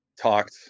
talked